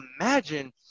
imagine